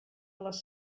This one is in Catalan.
les